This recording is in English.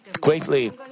greatly